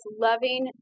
loving